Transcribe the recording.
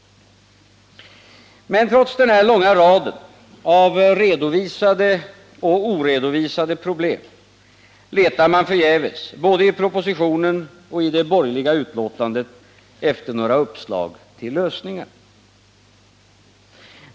Men trots denna långa rad av redovisade och oredovisade problem letar man förgäves både i propositionen och i det borgerliga betänkandet efter några uppslag till lösningar.